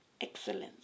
Excellence